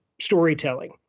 storytelling